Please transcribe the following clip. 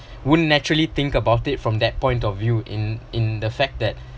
wouldn’t naturally think about it from that point of view in in the fact that